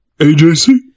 AJC